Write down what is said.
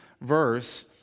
verse